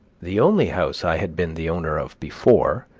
the only house i had been the owner of before,